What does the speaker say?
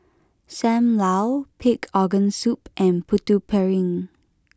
Sam Lau Pig Organ Soup and Putu Piring